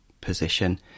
position